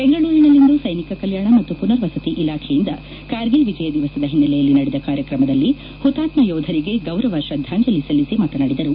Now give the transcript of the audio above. ಬೆಂಗಳೂರಿನಲ್ಲಿಂದು ಸೈನಿಕ ಕಲ್ಯಾಣ ಮತ್ತು ಪುನರ್ವಸತಿ ಇಲಾಖೆಯಿಂದ ಕಾರ್ಗಿಲ್ ವಿಜಯದಿವಸದ ಹಿನ್ನೆಲೆಯಲ್ಲಿ ನಡೆದ ಕಾರ್ಯಕ್ರಮದಲ್ಲಿ ಹುತಾತ್ಮ ಯೋಧರಿಗೆ ಗೌರವ ಶ್ರದ್ದಾಂಜಲಿ ಸಲ್ಲಿಸಿ ಮಾತನಾಡಿದರು